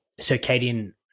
circadian